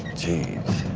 jeez.